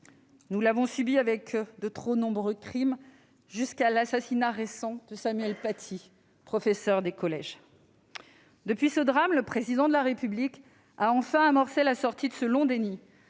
Nous l'avons subi avec de trop nombreux crimes jusqu'à l'assassinat récent de Samuel Paty, professeur des collèges. Depuis ce drame, le Président de la République a enfin amorcé la sortie de ce long déni